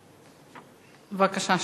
בבקשה.